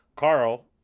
Carl